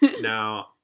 Now